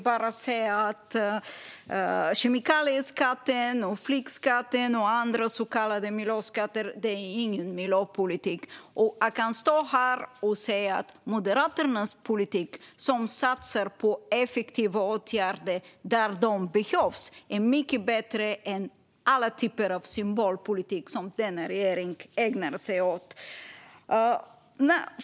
Fru talman! Kemikalieskatten, flygskatten och andra så kallade miljöskatter är inte miljöpolitik. Moderaterna satsar i sin politik på effektiva åtgärder där de behövs. Den är mycket bättre än alla typer av symbolpolitik, som denna regering ägnar sig åt.